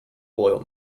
oil